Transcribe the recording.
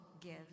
gives